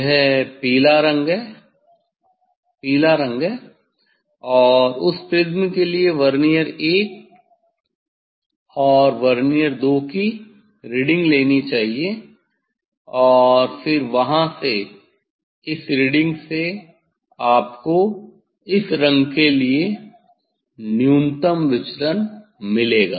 यह पीला रंग है पीला रंग है और उस प्रिज़्म के लिए वर्नियर 1और वर्नियर 2 की रीडिंग लेनी चाहिए और फिर वहाँ से इस रीडिंग से आपको इस रंग के लिए न्यूनतम विचलन मिलेगा